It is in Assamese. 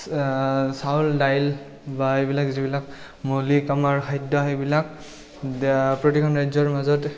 চাউল দাইল বা এইবিলাক যিবিলাক মৌলিক আমাৰ খাদ্য সেইবিলাক প্ৰতিখন ৰাজ্যৰ মাজত